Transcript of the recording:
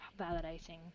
validating